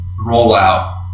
rollout